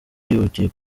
bihutiye